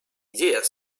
идея